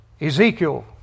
Ezekiel